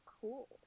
cool